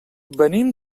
venim